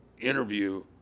interview